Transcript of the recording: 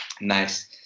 Nice